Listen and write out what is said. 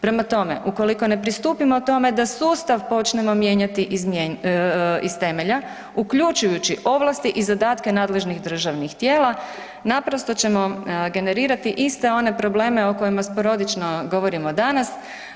Prema tome, ukoliko ne pristupimo tome da sustav počnemo mijenjati iz temelja uključujući ovlasti i zadatke nadležnih državnih tijela, naprosto ćemo generirati iste one probleme o kojima sporodično govorimo danas.